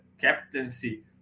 captaincy